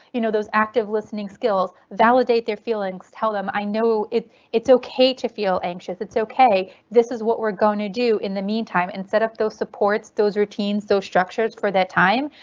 you know those active listening skills. validate their feelings. tell them i know it's it's ok to feel anxious. it's ok. this is what we're going to do in the meantime and set up those supports, those routines, those structures for that time.